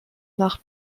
nach